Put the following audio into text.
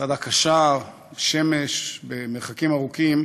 צעדה קשה, בשמש, מרחקים ארוכים,